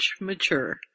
mature